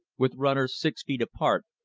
with runners six feet apart,